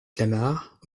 clamart